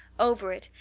over it,